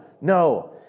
no